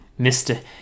Mr